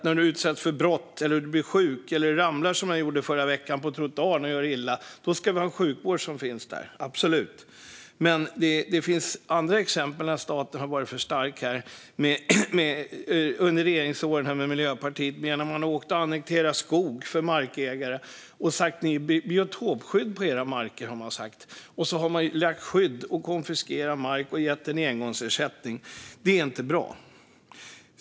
När man är utsatt för brott, blir sjuk eller ramlar på trottoaren och gör sig illa - som jag gjorde i förra veckan - ska man ha en sjukvård som finns där. Så är det absolut. Men det finns andra exempel, där staten har varit för stark, under regeringsåren med Miljöpartiet. Man har annekterat skog för markägare och sagt: Ni ska ha biotopskydd på era marker! Man har lagt skydd, konfiskerat mark och gett en engångsersättning. Det är inte bra.